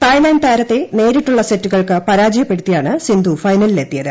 Thailand താരത്തെ നേരിട്ടുള്ള സെറ്റുകൾക്ക് പരാജയപ്പെടുത്തിയാണ് സിന്ധു ഫൈനലിലെത്തിയത്